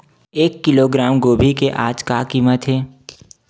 एक किलोग्राम गोभी के आज का कीमत हे?